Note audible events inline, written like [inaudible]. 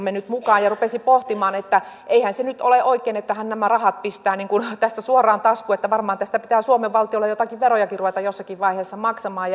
[unintelligible] mennyt mukaan ja rupesi pohtimaan että eihän se nyt ole oikein että hän nämä rahat pistää tästä suoraan taskuun että varmaan tästä pitää suomen valtiolle joitakin verojakin ruveta jossakin vaiheessa maksamaan [unintelligible]